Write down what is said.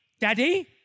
Daddy